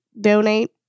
Donate